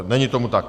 Není tomu tak.